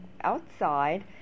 outside